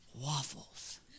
waffles